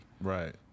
Right